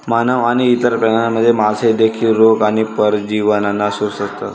मानव आणि इतर प्राण्यांप्रमाणे, मासे देखील रोग आणि परजीवींना असुरक्षित असतात